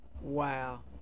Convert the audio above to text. Wow